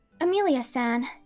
Amelia-san